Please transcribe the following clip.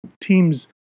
teams